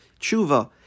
tshuva